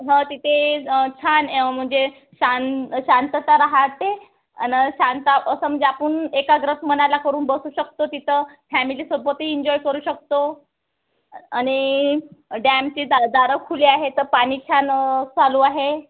हां तिथे छान म्हणजे शां शांतता राहते आणि शांत असं म्हणजे आपण एकाग्र मनाला करून बसू शकतो तिथं फॅमिलीसोबतही इंजॉय करू शकतो आणि डॅमची दा दारं खुली आहे तर पाणी छान चालू आहे